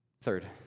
Third